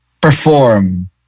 perform